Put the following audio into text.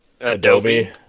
Adobe